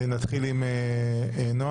נתחיל עם נעם.